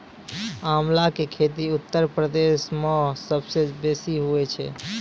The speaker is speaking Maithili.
आंवला के खेती उत्तर प्रदेश मअ सबसअ बेसी हुअए छै